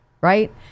Right